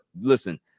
listen